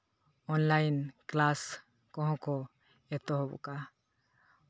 online class ᱠᱚᱦᱚᱸ ᱠᱚ ᱮᱛᱚᱦᱚᱵ ᱠᱟᱜᱼᱟ